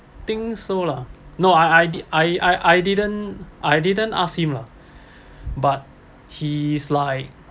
think so lah no I I did I I I didn't I didn't ask him lah but he's like